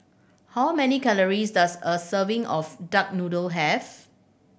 how many calories does a serving of duck noodle have